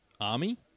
army